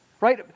right